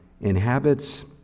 inhabits